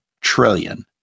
trillion